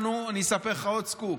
אני אספר לך עוד סקופ,